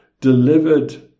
delivered